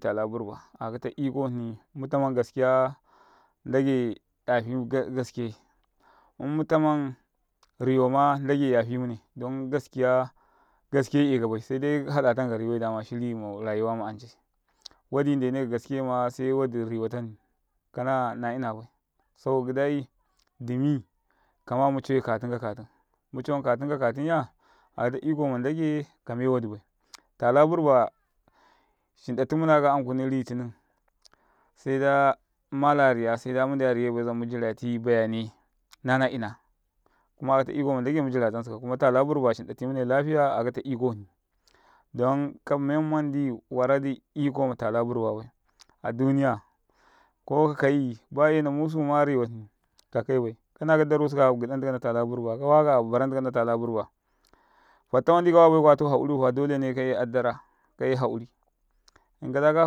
tala burba akata iko hni mu ɗ afan jire n ɗ age ɗ afi jirryi immitaman riwama n ɗ age yafi mune don jire jireyi ekabaise muttan karewau dama shiri ma rayuwa ma ancai wa ɗ i mdene ka gaskiyaima se wa ɗ i rewata nni. kana naina bai saboka gidai dumi kama mucawe katum kakatum. mucawan katum ka katumya akata ikoma ndage kame wa ɗ ibaitala burba shi ɗ a timunaka ankun ltinin seda mala riya seda mun ɗ i ariyayba seda mundai'ari yaybai zamma ɗ imiti bayanai man na inasaka ta iko mandage mu ɗ imitan sikau. tala burba a shin ɗ ati mune a lafiya a'akata iko hni dan ka men man ɗ i wara ɗ i ikoma tala burba bai. a duniya ko kakai baena musuma rewa hni ne kakai bai kana kadarasu busantika natala burba fatta mandi kawa bai kuwa to hauri in kada ka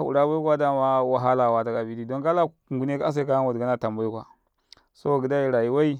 haura bai kuwa wahala watabiti don kala ngwune ka ase karema wadi kana tambai kuwa saboka gidaiya